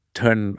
turn